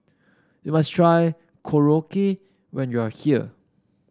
you must try Korokke when you are here